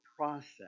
process